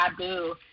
taboo